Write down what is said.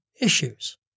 issues